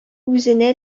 үзенә